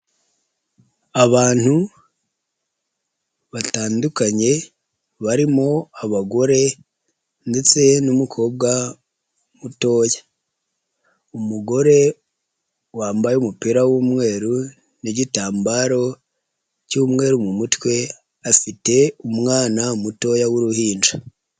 Abantu batandukanye barimo abagore ndetse n'umukobwa mutoya, umugore wambaye umupira w'umweru n'igitambaro cy'umweru mu mutwe afite umwana mutoya w'uruhinja.